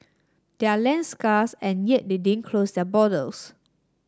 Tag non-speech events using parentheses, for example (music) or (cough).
they are land scarce and yet they didn't close their (unintelligible)